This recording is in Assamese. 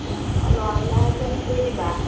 অঁ আৰু ল'ৰাবিলাককো এড কৰি দিবা